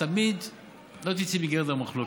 את תמיד לא תצאי מגדר מחלוקת.